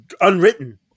unwritten